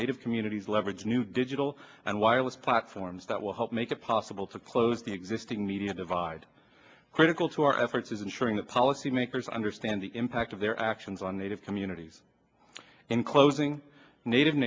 native communities leverage new digital and wireless platforms that will help make it possible to close the existing media divide critical to our efforts is ensuring that policymakers understand the impact of their actions on native communities in closing native